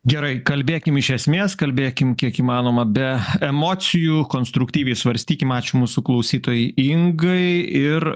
gerai kalbėkim iš esmės kalbėkim kiek įmanoma be emocijų konstruktyviai svarstykim ačiū mūsų klausytojai ingai ir